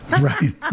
Right